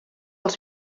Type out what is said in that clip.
els